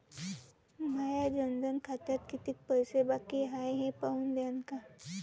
माया जनधन खात्यात कितीक पैसे बाकी हाय हे पाहून द्यान का?